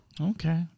Okay